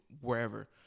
wherever